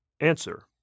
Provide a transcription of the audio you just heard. Answer